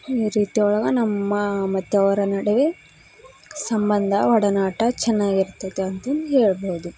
ಈ ರೀತಿ ಒಳಗೆ ನಮ್ಮ ಮತ್ತು ಅವರ ನಡುವೆ ಸಂಬಂಧ ಒಡನಾಟ ಚೆನ್ನಾಗಿರ್ತೈತೆ ಅಂತಂದು ಹೇಳ್ಬೋದು